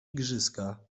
igrzyska